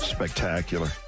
Spectacular